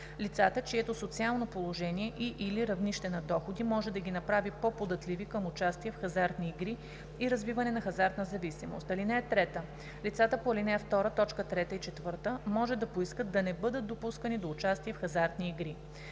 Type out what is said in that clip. лицата, чието социално положение и/или равнище на доходи може да ги направи по-податливи към участие в хазартни игри и развиване на хазартна зависимост. (3) Лицата по ал. 2, т. 3 и 4 може да поискат да не бъдат допускани до участие в хазартни игри.